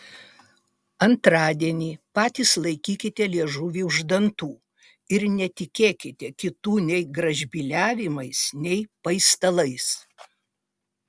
antradienį patys laikykite liežuvį už dantų ir netikėkite kitų nei gražbyliavimais nei paistalais